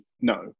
no